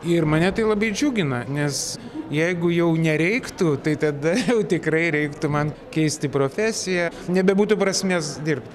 ir mane tai labai džiugina nes jeigu jau nereiktų tai tada jau tikrai reiktų man keisti profesiją nebebūtų prasmės dirbti